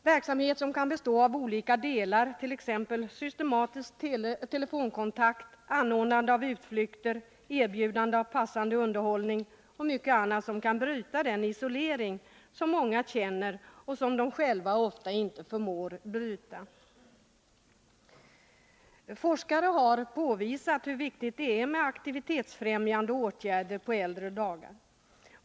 Verksamheten kan bestå av olika delar: systematisk telefonkontakt, anordnande av utflykter, erbjudande av passande underhållning och mycket annat som kan bryta den isolering som många känner och som pensionärerna själva ofta inte förmår bryta. Forskare har påvisat hur viktigt det är med aktivitetsfrämjande åtgärder på äldre dagar.